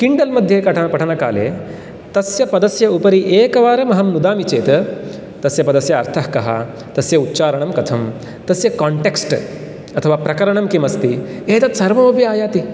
Kindle मध्ये पठनकाले तस्य पदस्य उपरि एकवारं अहं नुदामि चेत् तस्य पदस्य अर्थः कः तस्य उच्चारणं कथं तस्य काण्टेक्स्ट् अथवा प्रकरणं किमस्ति एतत्सर्वमपि आयाति